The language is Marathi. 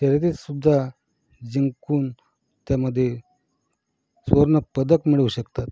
शर्यतीतसुद्धा जिंकून त्यामध्ये सुवर्णपदक मिळवू शकतात